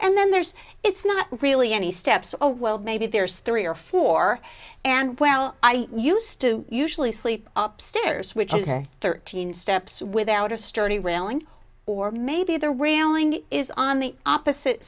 and then there's the it's not really any steps oh well maybe there's three or four and well i used to usually sleep up stairs which is thirteen steps without a sturdy railing or maybe the railing is on the opposite